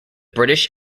british